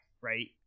right